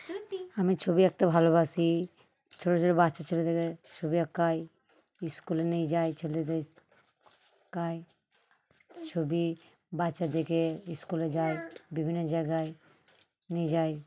আমি ছবি আঁকতে ভালোবাসি ছোটো ছোটো বাচ্চা ছেলেদের ছবি আঁকাই স্কুলে নিয়ে যাই ছেলেদের আঁকাই ছবি বাচ্চা দেখে স্কুলে যাই বিভিন্ন জায়গায় নিয়ে যাই